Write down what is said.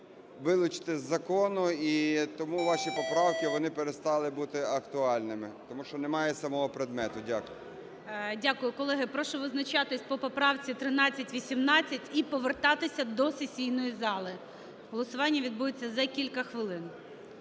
вилучити із закону і тому ваші поправки, вони перестали бути актуальними, тому що немає самого предмету. Дякую. ГОЛОВУЮЧИЙ. Дякую. Колеги, прошу визначатися по поправці 1318. І повертатися до сесійної зали. Голосування відбудеться за кілька хвилин